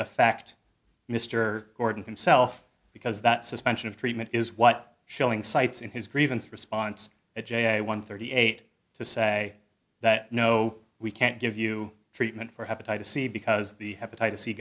fact mr gordon can self because that suspension of treatment is what schilling cites in his grievance response at j one thirty eight to say that no we can't give you treatment for hepatitis c because the hepatitis c